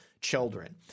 children